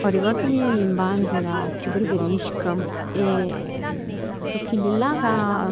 'O ricord mij 'e l'infanzia ca chiù preferisc so chillillà ca